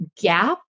Gap